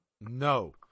No